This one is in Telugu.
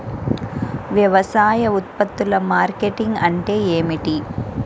వ్యవసాయ ఉత్పత్తుల మార్కెటింగ్ అంటే ఏమిటి?